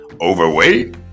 Overweight